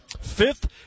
Fifth